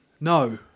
No